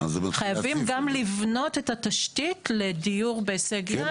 חייבים גם לבנות את התשתית לדיור בהישג יד.